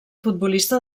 futbolista